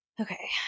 Okay